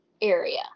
area